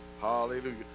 Hallelujah